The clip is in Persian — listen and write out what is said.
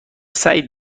سعید